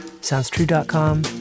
SoundsTrue.com